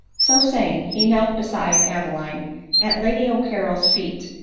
so saying, he knelt beside adeline at lady o'carrol's feet,